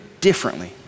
differently